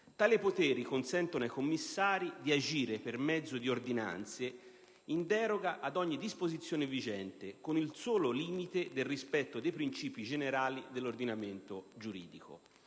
Tali poteri consentono ai commissari di agire per mezzo di ordinanze in deroga ad ogni disposizione vigente, con il solo limite del rispetto dei princìpi generali dell'ordinamento giuridico.